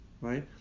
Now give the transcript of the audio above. right